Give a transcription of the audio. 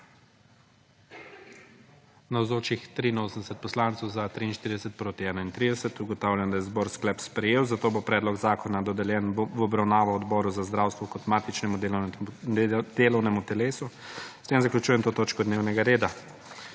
31. (Za je glasovalo 43.) (Proti 31.) Ugotavljam, da je zbor sklep sprejet, zato bo predlog zakona dodeljen v obravnavo Odboru za zdravstvo kot matičnemu delovnemu telesu. S tem zaključujem to točko dnevnega reda.